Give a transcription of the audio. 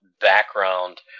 background